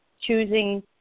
choosing